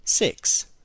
Six